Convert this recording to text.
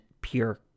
pure